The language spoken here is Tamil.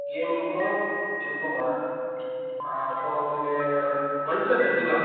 கேமிங்க்கும் இதுக்குமா அப்போ உங்களுக்கு ஒன் ப்ளஸ் எடுத்துக்கலாம்